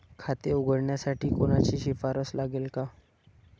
खाते उघडण्यासाठी कोणाची शिफारस लागेल का?